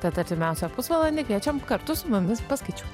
tad artimiausią pusvalandį kviečiam kartu su mumis paskaičiuot